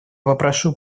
попрошу